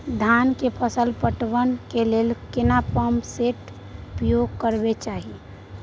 धान के फसल पटवन के लेल केना पंप सेट उपयोग करबाक चाही?